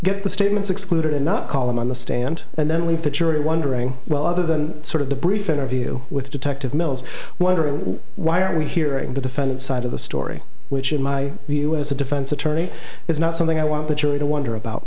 get the statements excluded and not call them on the stand and then leave the jury wondering well other than sort of the brief interview with detective mills wondering why aren't we hearing the defendant's side of the story which in my view as a defense attorney is not something i want the jury to wonder about